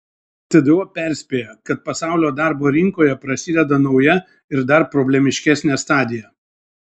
tdo perspėja kad pasaulio darbo rinkoje prasideda nauja ir dar problemiškesnė stadija